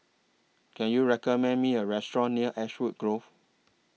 Can YOU recommend Me A Restaurant near Ashwood Grove